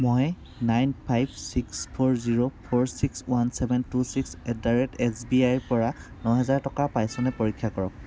মই nine five six four zero four six one seven two six at the rate S B I ৰ পৰা ন হাজাৰ টকা পাইছোঁনে নাই পৰীক্ষা কৰক